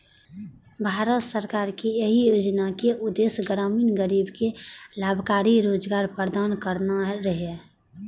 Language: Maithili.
भारत सरकार के एहि योजनाक उद्देश्य ग्रामीण गरीब कें लाभकारी रोजगार प्रदान करना रहै